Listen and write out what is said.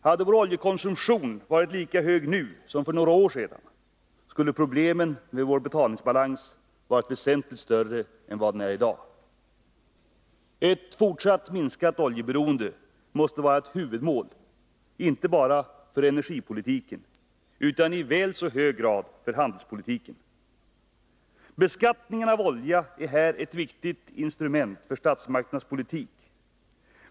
Hade vår oljekonsumtion varit lika hög nu som för några år sedan skulle problemen med vår betalningsbalans ha varit väsentligt större än vad de är i dag. Ett fortsatt minskat oljeberoende måste vara ett huvudmål, inte bara för energipolitiken utan i väl så hög grad för handelspolitiken. Beskattningen av olja är här ett viktigt instrument för statsmakternas politik.